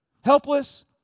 helpless